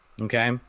okay